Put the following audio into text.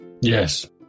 Yes